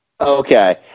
Okay